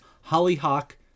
Hollyhock